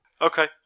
okay